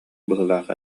быһыылаах